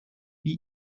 wie